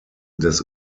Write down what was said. des